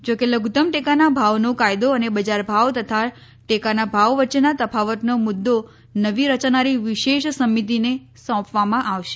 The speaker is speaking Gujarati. જોકે લધુત્તમ ટેકાના ભાવનો કાયદો અને બજાર ભાવ તથા ટેકાના ભાવ વચ્ચેના તફાવતનો મુદ્દો નવી રચાનારી વિશેષ સમિતિને સોંપવામાં આવશે